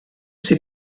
ces